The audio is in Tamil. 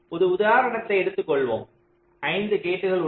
ஒரு உதாரணத்தை எடுத்துக் கொள்வோம் 5 கேட்கள் உள்ளன